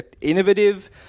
innovative